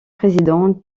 président